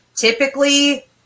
typically